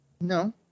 No